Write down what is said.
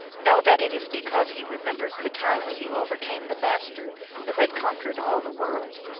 know that it is because he remembers the time when he overcame the master who had con quered all the world.